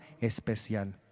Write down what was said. especial